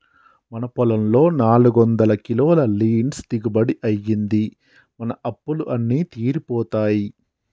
మన పొలంలో నాలుగొందల కిలోల లీన్స్ దిగుబడి అయ్యింది, మన అప్పులు అన్నీ తీరిపోతాయి